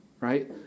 right